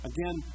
Again